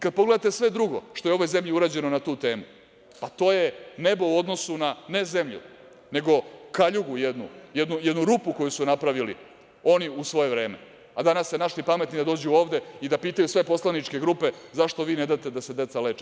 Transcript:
Kada pogledate sve drugo što je u ovoj zemlji urađeno na tu temu, to je nebo u odnosu na ne zemlju, nego kaljugu jednu, jednu rupu koju su napravili oni u svoje vreme, a danas se našli pametni da dođu ovde i da pitaju sve poslaničke grupe – zašto vi ne date da se deca leče?